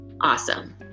Awesome